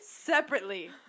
separately